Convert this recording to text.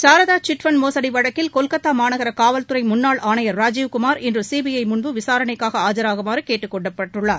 Saradha chit fund மோசடி வழக்கில் கொல்கத்தா மாநகர காவல்துறை முன்னாள் ஆணையா் ராஜீவ் குமார் இன்று சிபிஐ முன்பு விசாரணைக்காக ஆஜராகுமாறு கேட்டுக்கொள்ளப்பட்டுள்ளார்